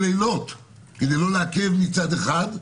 כדי לא לעכב מצד אחד,